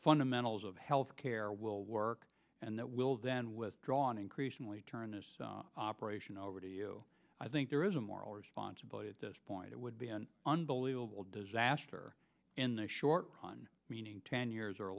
fundamentals of healthcare will work and that will then withdrawn increasingly turn this operation over to you i think there is a moral responsibility at this point it would be an unbelievable disaster in the short run meaning ten years